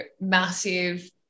massive